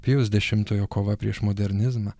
pijaus dešimtojo kova prieš modernizmą